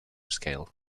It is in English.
scale